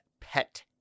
pet